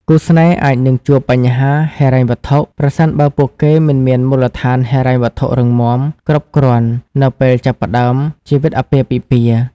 គូស្នេហ៍អាចនឹងជួប បញ្ហាហិរញ្ញវត្ថុ ប្រសិនបើពួកគេមិនមានមូលដ្ឋានហិរញ្ញវត្ថុរឹងមាំគ្រប់គ្រាន់នៅពេលចាប់ផ្តើមជីវិតអាពាហ៍ពិពាហ៍។